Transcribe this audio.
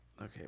okay